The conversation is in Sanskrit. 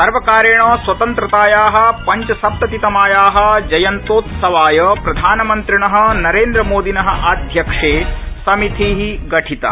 सर्वकारेण स्वतन्त्रताया पंचसप्ततितमाया जयन्त्योत्सवाय प्रधानमन्त्रिण नरेन्द्रमोदिन आध्यक्ष्ये समिति गठिता